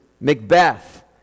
Macbeth